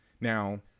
Now